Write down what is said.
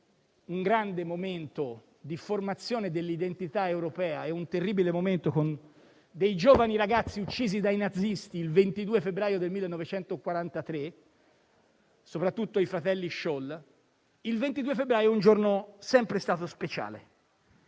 un grande momento di formazione dell'identità europea e un terribile momento con dei giovani ragazzi uccisi dai nazisti il 22 febbraio del 1943, soprattutto i fratelli Scholl, il 22 febbraio è sempre stato speciale.